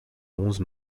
onze